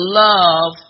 love